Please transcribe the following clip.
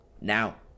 Now